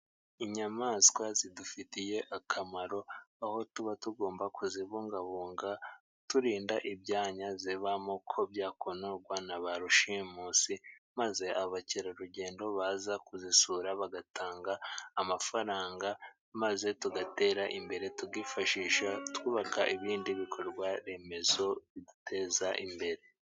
Inyamaswa zidufitiye akamaro， aho tuba tugomba kuzibungabunga，turinda ibyanya zibamo ko byakonorwa na ba rushimusi， maze abakerarugendo baza kuzisura bagatanga amafaranga，maze tugatera imbere tufashi twubaka ibindi bikorwaremezo biduteza imbere.